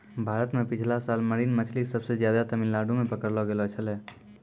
भारत मॅ पिछला साल मरीन मछली सबसे ज्यादे तमिलनाडू मॅ पकड़लो गेलो छेलै